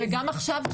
וגם עכשיו,